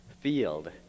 field